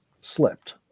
slipped